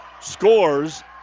scores